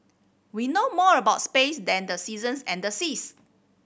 we know more about space than the seasons and the seas